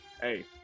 hey